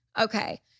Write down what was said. Okay